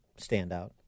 standout